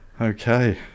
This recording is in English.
Okay